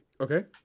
Okay